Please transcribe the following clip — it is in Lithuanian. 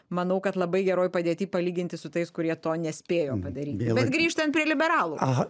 manau kad labai geroj padėty palyginti su tais kurie to nespėjo padaryti bet grįžtant prie liberalų